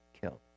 killed